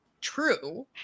true